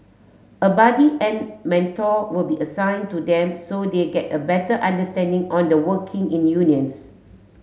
a buddy and mentor will be assigned to them so they get a better understanding on the working in unions